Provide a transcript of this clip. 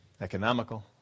economical